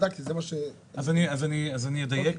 בדקתי זה מה --- אז אני אדייק,